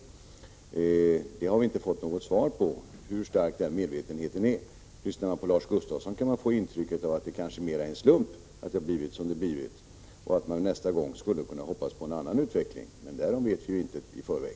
Frågan om hur stark den medvetenheten i så fall är har vi inte fått något svar på. När man lyssnar på Lars Gustafsson kan man få intrycket att det mera är en slump som har gjort att det blivit som det blivit och att man nästa gång skulle kunna hoppas på en annan utveckling. Men därom vet vi ju intet i förväg.